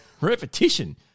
repetition